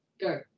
Go